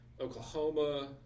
Oklahoma